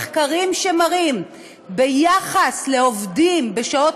מחקרים שמראים את היחס בין אלו שעובדים